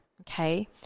Okay